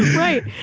right.